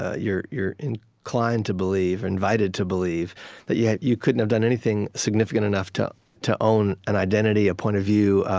ah you're you're inclined to believe invited to believe that yet you couldn't have done anything significant enough to to own an identity, a point of view.